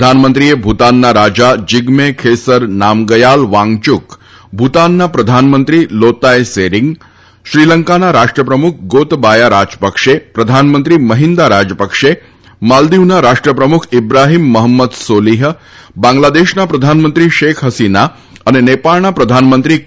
પ્રધાનમંત્રીએ ભુતાનના રાજા જીગમે ખેસર નામગયાલ વાંગચૂક ભૂતાનના પ્રધાનમંત્રી લોતાય સેરિંગ શ્રીલંકાના રાષ્ટ્રપ્રમુખ ગોતબાયા રાજપક્ષ પ્રધાનમંત્રી મહિન્દા રાજપક્ષ માલદીવના રાષ્ટ્રપ્રમુખ ઇબ્રાઠીમ મહમ્મદ સોલિહ બાંગ્લાદેશના પ્રધાનમંત્રી શેખ હસીના અને નેપાળના પ્રધાનમંત્રી કે